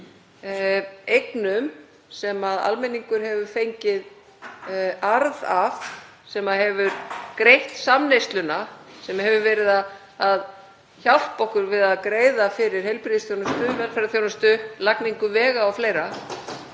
eignum sem almenningur hefur fengið arð af sem hefur greitt samneysluna, sem hefur verið að hjálpa okkur við að greiða fyrir heilbrigðisþjónustu og velferðarþjónustu, lagningu vega o.fl.